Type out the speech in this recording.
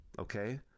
Okay